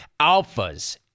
alphas